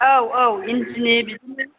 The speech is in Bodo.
औ औ इन्दिनि बिदिनो